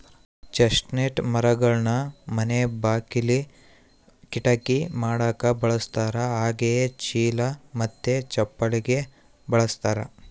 chestnut ಮರಗಳನ್ನ ಮನೆ ಬಾಕಿಲಿ, ಕಿಟಕಿ ಮಾಡಕ ಬಳಸ್ತಾರ ಹಾಗೆಯೇ ಚೀಲ ಮತ್ತೆ ಚಪ್ಪಲಿಗೆ ಬಳಸ್ತಾರ